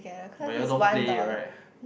but you all don't play it right